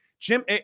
Jim